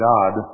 God